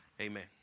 Amen